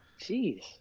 Jeez